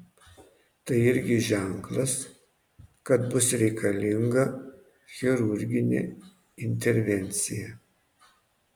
tai irgi ženklas kad bus reikalinga chirurginė intervencija